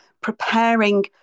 preparing